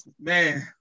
Man